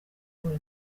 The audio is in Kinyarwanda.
buri